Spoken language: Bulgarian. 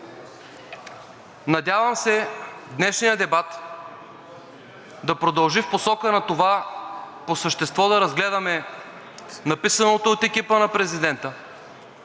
Надявам се днешният дебат да продължи в посока на това по същество да разгледаме написаното от екипа на президента,